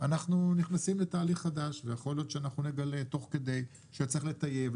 אנחנו נכנסים לתהליך חדש ויכול להיות שאנחנו נגלה תוך כדי שצריך לטייב,